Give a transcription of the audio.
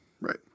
Right